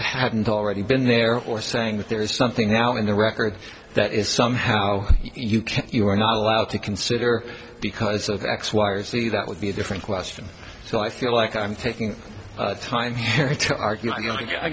hadn't already been there or saying that there is something now in the record that is somehow you can't you are not allowed to consider because of x y or z that would be a different question so i feel like i'm taking time to argue i